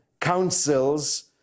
councils